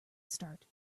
start